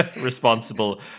responsible